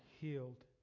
healed